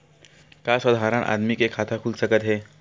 का साधारण आदमी के खाता खुल सकत हे?